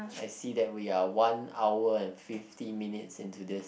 I see that we are one hour and fifty minutes into this